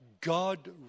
God